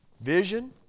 Vision